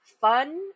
fun